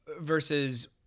Versus